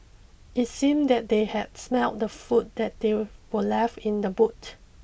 it seemed that they had smelt the food that they were left in the boot